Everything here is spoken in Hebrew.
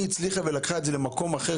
היא הצליחה ולקחה את זה למקום אחר.